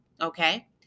okay